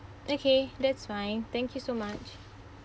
okay that's fine thank you so much